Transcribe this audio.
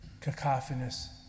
cacophonous